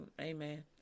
Amen